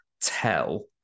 tell